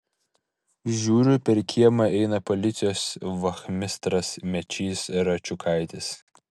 žiūriu per kiemą eina policijos vachmistras mečys račiukaitis